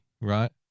right